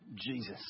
Jesus